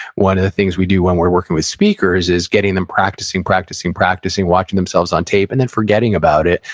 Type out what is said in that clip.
one of the things we do when we're working with speakers, is getting them practicing, practicing, practicing, watching themselves on tape, and then forgetting about it,